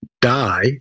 die